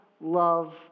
love